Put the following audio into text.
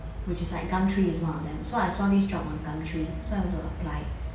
which is like gumtree is one of them so I saw this job on gumtree so I went to apply